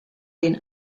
been